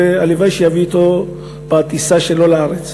יהונתן, והלוואי שיביא אותו אתו בטיסה שלו לארץ.